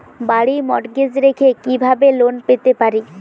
বাড়ি মর্টগেজ রেখে কিভাবে লোন পেতে পারি?